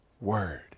word